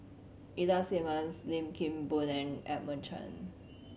Ida Simmons Lim Kim Boon and Edmund Cheng